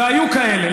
והיו כאלה,